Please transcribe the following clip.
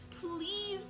Please